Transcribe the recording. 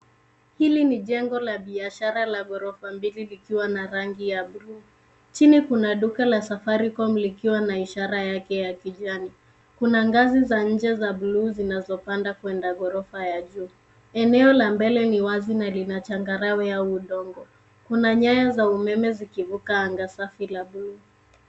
Hili ni jengo la biashara la ghorofa mbili likiwa na rangi ya buluu. Chini kuna duka la Safaricom likiwa na ishara yake ya kijani. Kuna ngazi za nje za buluu zinazopanda kuenda ghorofa ya juu. Eneo la mbele ni wazi na lina changarawe au udongo. Kuna nyanya za umeme zikivuka anga safi la buluu.